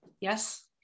Yes